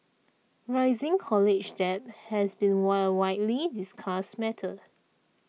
rising college debt has been wile widely discussed matter